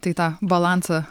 tai tą balansą